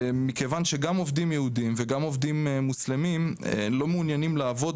מכיוון שגם עובדים יהודים וגם עובדים מוסלמים לא מעוניינים לעבוד